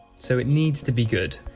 so it needs to be good.